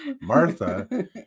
martha